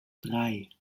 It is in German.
drei